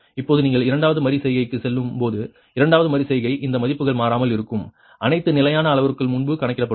இப்போது நீங்கள் இரண்டாவது மறு செய்கைக்கு செல்லும் போது இரண்டாவது மறு செய்கை இந்த மதிப்புகள் மாறாமல் இருக்கும் அனைத்து நிலையான அளவுருக்கள் முன்பு கணக்கிடப்படும்